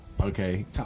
okay